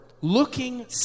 looking